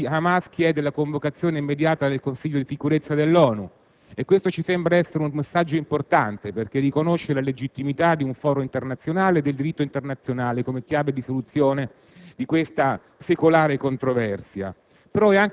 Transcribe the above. Oggi Hamas chiede la convocazione immediata del Consiglio di Sicurezza dell'ONU, e questo ci sembra un messaggio importante perché riconosce la legittimità di un foro internazionale e del diritto internazionale come chiave di soluzione di questa secolare controversia.